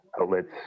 outlets